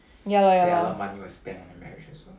ya lor ya lor